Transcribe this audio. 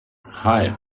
hei